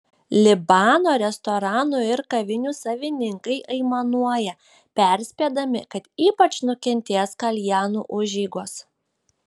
libano restoranų ir kavinių savininkai aimanuoja perspėdami kad ypač nukentės kaljanų užeigos